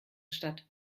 statt